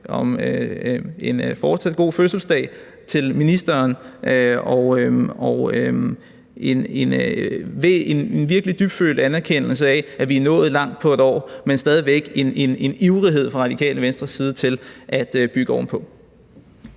en fortsat god fødselsdag til ministeren og give en virkelig dybfølt anerkendelse af, at vi er nået langt på et år, men der er stadig væk en ivrighed fra Radikale Venstres side i forhold til at bygge ovenpå.